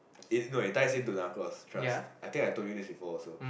it's no it ties in to that Narcos I think I told you this before also